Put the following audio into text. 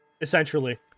essentially